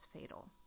fatal